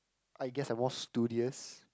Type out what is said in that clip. I guess I'm more studious